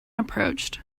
approached